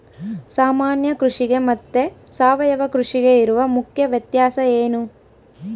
ಸಾಮಾನ್ಯ ಕೃಷಿಗೆ ಮತ್ತೆ ಸಾವಯವ ಕೃಷಿಗೆ ಇರುವ ಮುಖ್ಯ ವ್ಯತ್ಯಾಸ ಏನು?